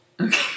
Okay